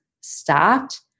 stopped